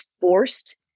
forced